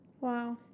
Wow